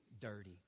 dirty